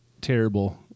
terrible